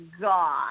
God